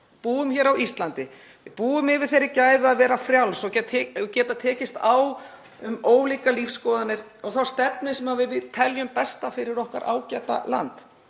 búum hér á Íslandi, búum yfir þeirri gæfu að vera frjáls og geta tekist á um ólíkar lífsskoðanir og þá stefnu sem við teljum besta fyrir okkar ágæta land.